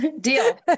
Deal